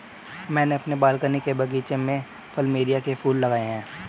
मैंने अपने बालकनी के बगीचे में प्लमेरिया के फूल लगाए हैं